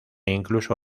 incluso